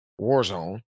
warzone